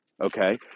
okay